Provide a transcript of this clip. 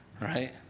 Right